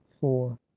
four